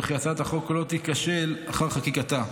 וכדי הצעת החוק לא תיכשל אחר חקיקתה,